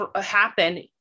happen